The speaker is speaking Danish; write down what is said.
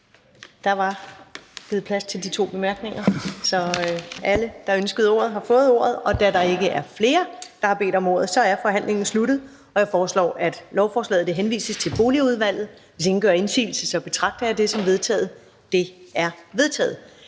Der var givet plads til de to bemærkninger, så alle, der ønskede ordet, har fået ordet. Da der ikke er flere, der har bedt om ordet, er forhandlingen sluttet. Jeg foreslår, at lovforslaget henvises til Boligudvalget. Hvis ingen gør indsigelse, betragter jeg det som vedtaget. Det er vedtaget.